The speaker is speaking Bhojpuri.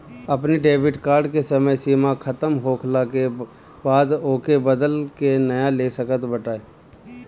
अपनी डेबिट कार्ड के समय सीमा खतम होखला के बाद ओके बदल के नया ले सकत बाटअ